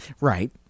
Right